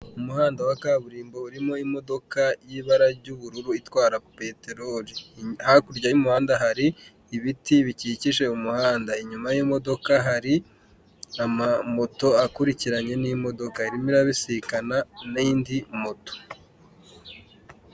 Umuhanda wa kaburimbo urimo imodoka y'ibara ry'ubururu itwara peteroli, hakurya y'umuhanda hari ibiti bikikije umuhanda, inyuma y'imodoka hari amamoto akurikiranye n'imodoka, irimo irabisikana n'indi moto.